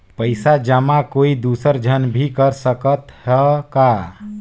पइसा जमा कोई दुसर झन भी कर सकत त ह का?